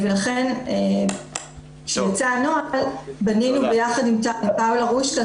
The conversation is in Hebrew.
לכן כשיצא הנוהל בנינו ביחד עם ד"ר פאולה רושקה